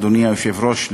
אדוני היושב-ראש,